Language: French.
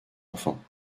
enfants